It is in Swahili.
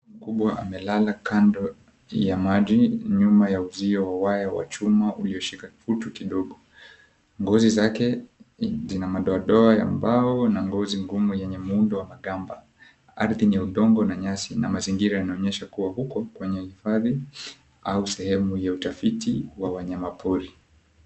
Kubo amelala kando ya maji, nyuma ya uzio wa waya wa chuma ulioshika kutu kidogo, ngozi zake zina madoadoa ya mbao na ngozi ngumu yenye muundo wa magamba, ardhi ni ya udongo na nyasi na mazingira yanaonyesha kuwa huko kwenye hifadhi au sehemu ya utafiti wa wanyama pori.